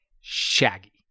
Shaggy